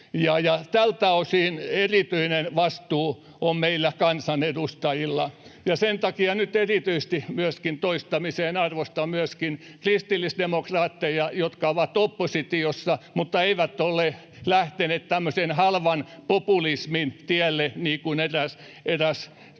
tältä osin erityinen vastuu on meillä kansanedustajilla. Sen takia nyt erityisesti toistamiseen arvostan myöskin kristillisdemokraatteja, jotka ovat oppositiossa mutta eivät ole lähteneet tämmöisen halvan populismin tielle niin kuin eräs toinen puolue.